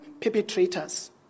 perpetrators